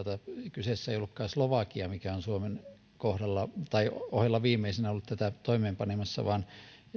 kyseessä ei ollutkaan slovakia mikä on suomen ohella viimeisenä ollut tätä toimeenpanemassa vaan